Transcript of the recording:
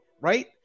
right